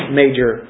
major